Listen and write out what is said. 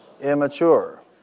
immature